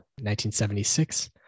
1976